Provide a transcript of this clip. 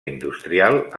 industrial